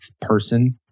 person